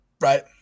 right